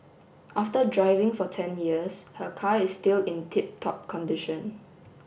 after driving for ten years her car is still in tip top condition